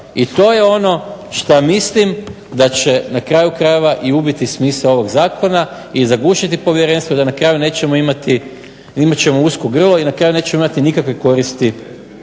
I to je ono šta mislim da će na kraju krajeva i ubiti smisao ovog zakona i zagušiti povjerenstvo da na kraju nećemo imati, imat ćemo usko grlo i na kraju nećemo imati nikakve koristi